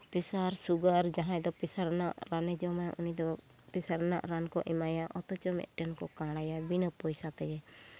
ᱯᱮᱥᱟᱨ sugar ᱡᱟᱦᱟᱸᱭ ᱫᱚ pressure ᱨᱮᱱᱟᱜ ᱨᱟᱱᱮ ᱡᱚᱢᱟ ᱩᱱᱤ ᱫᱚ ᱯᱮᱥᱟᱨ ᱨᱮᱱᱟᱜ ᱨᱟᱱ ᱠᱚ ᱮᱢᱟᱭᱟ ᱚᱛᱷᱚᱪᱚ ᱢᱤᱫᱴᱟᱱ ᱠᱚ ᱠᱟᱲ ᱟᱭᱟ ᱵᱤᱱᱟᱹ ᱯᱚᱭᱥᱟ ᱛᱮᱜᱮ